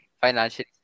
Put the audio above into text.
financially